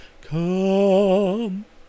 Come